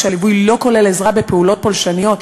והליווי לא כולל עזרה בפעולות פולשניות,